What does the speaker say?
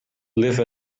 live